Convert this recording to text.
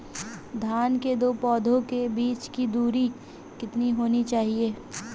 धान के दो पौधों के बीच की दूरी कितनी होनी चाहिए?